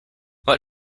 what